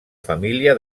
família